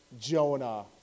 Jonah